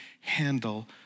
handle